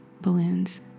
balloons